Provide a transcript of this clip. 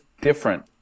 different